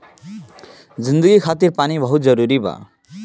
जिंदगी खातिर पानी बहुत जरूरी बा